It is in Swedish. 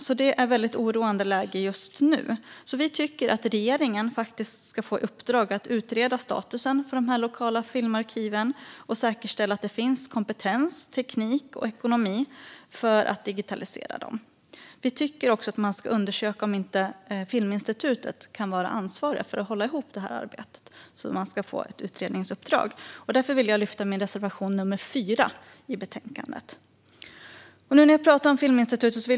Det är ett väldigt oroande läge just nu, så vi tycker att regeringen ska få i uppdrag att utreda statusen för de lokala filmarkiven och säkerställa att det finns kompetens, teknik och ekonomi för att digitalisera dem. Vi tycker också att man ska undersöka om inte Filminstitutet kan vara ansvarigt för att hålla ihop det här arbetet och få ett utredningsuppdrag. Därför vill jag yrka bifall till min reservation nr 4 i betänkandet.